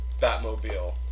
Batmobile